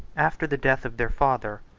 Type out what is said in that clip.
after the death of their father,